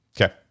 Okay